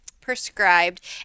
prescribed